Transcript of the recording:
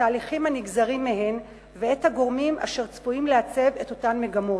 את התהליכים הנגזרים מהן ואת הגורמים אשר צפויים לעצב את אותן מגמות.